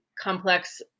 complex